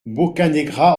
boccanegra